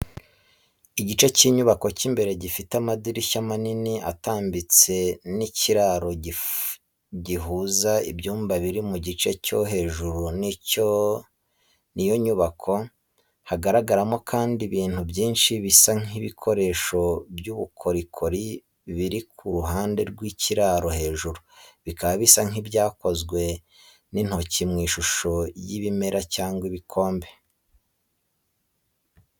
Igice cy’inyubako cy’imbere, gifite amadirishya manini atambitse n’ikiraro gihuza ibyumba biri mu gice cyo hejuru cy’iyo nyubako. Haragaragaramo kandi ibintu byinshi bisa nk’ibikoresho by’ubukorikori biri ku ruhande rw’ikiraro hejuru, bikaba bisa nk’ibyakozwe n’intoki mu ishusho y’ibimera cyangwa ibikombe.